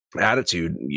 Attitude